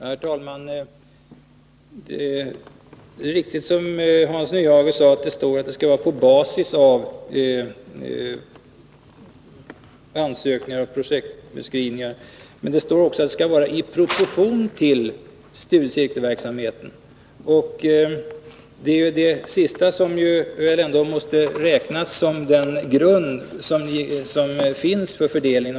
Herr talman! Det är riktigt som Hans Nyhage säger att det står att det skall vara på basis av ansökningar och projektbeskrivningar. Men det står också att det skall vara i proportion till studiecirkelverksamheten. Det är det sista som väl ändå måste räknas som den grund som finns för fördelningen.